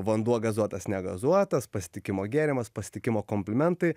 vanduo gazuotas negazuotas pasitikimo gėrimas pasitikimo komplimentai